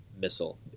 missile